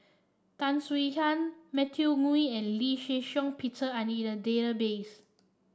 Tan Swie Hian Matthew Ngui and Lee Shih Shiong Peter are in the database